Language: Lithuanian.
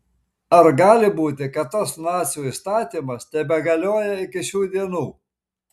ar gali būti kad tas nacių įstatymas tebegalioja iki šių dienų